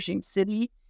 City